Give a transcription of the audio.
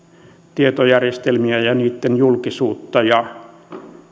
tietojärjestelmiä ja niitten julkisuutta ja